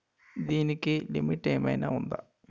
దీనికి లిమిట్ ఆమైనా ఉందా?